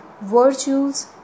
virtues